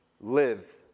live